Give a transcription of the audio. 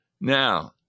Now